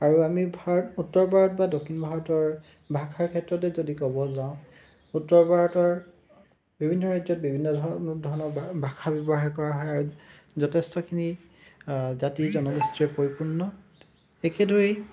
আৰু আমি ভাৰত উত্তৰ ভাৰত বা দক্ষিণ ভাৰতৰ ভাষাৰ ক্ষেত্ৰতে যদি ক'ব যাওঁ উত্তৰ ভাৰতৰ বিভিন্ন ৰাজ্যত বিভিন্ন ধৰণৰ ভাষা ব্যৱহাৰ কৰা হয় যথেষ্টখিনি জাতি জনগোষ্ঠীৰে পৰিপূৰ্ণ একেদৰেই